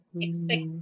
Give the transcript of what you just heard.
expect